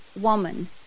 woman